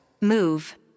Move